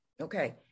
Okay